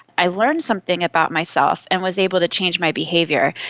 i learned something about myself and was able to change my behaviour.